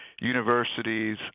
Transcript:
universities